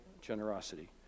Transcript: generosity